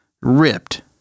ripped